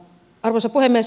arvoisa puhemies